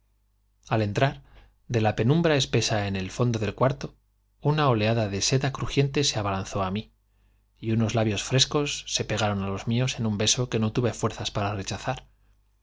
al entrar de la el fondo del penumbra espesa en cuarto una oleada de seda crujiente se abalanzó á mí y unos labios frescos se pegaron á los míos en un beso que no tuve fuerzas para rechazar